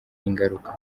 ingaruka